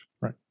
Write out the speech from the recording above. right